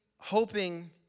hoping